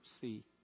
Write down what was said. see